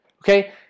okay